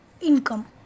income